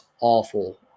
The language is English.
awful